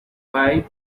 pipe